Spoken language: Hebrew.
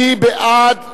מי בעד?